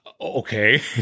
Okay